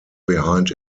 behind